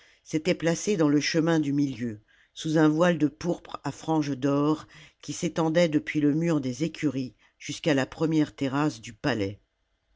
s'étaient placés dans le chemin du miheu sous un voile de pourpre à franges d'or qui s'étendait depuis le mur des écuries jusqu'à la première terrasse du palais